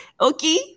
okay